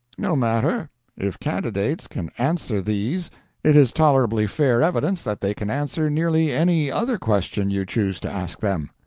no matter if candidates can answer these it is tolerably fair evidence that they can answer nearly any other question you choose to ask them.